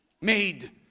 made